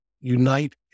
unite